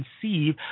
conceive